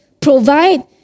provide